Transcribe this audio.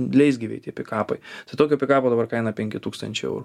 leisgyviai tie pikapai tai tokio pikapo dabar kaina penki tūkstančiai eurų